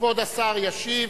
כבוד השר ישיב,